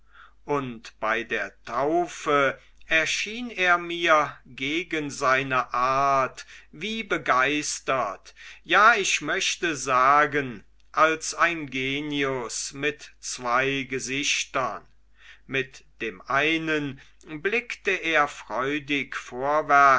und bei der taufe erschien er mir gegen seine art wie begeistert ja ich möchte sagen als ein genius mit zwei gesichtern mit dem einen blickte er freudig